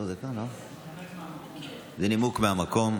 זה נימוק מהמקום.